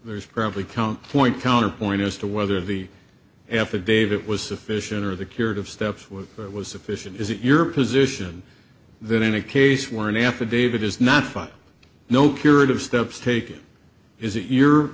there's probably count point counterpoint as to whether the affidavit was sufficient or the curative steps what that was sufficient is it your position that in a case where an affidavit is not fun no curative steps taken is it your